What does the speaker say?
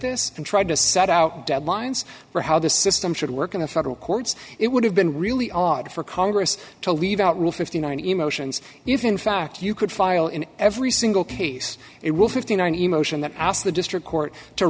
this and tried to set out deadlines for how this system should work in the federal courts it would have been really odd for congress to leave out rule fifty nine emotions if in fact you could file in every single case it will fifty nine emotion that asked the district court to